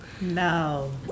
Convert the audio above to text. No